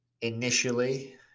initially